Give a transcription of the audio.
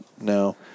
no